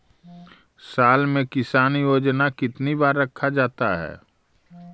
साल में किसान योजना कितनी बार रखा जाता है?